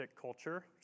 Culture